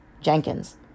Jenkins